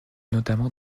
notamment